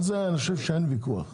על זה אני חושב שאין ויכוח.